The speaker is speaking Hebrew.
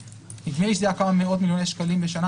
נדמה לי שזה היה כמה מאות מיליוני שקלים בשנה.